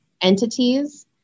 entities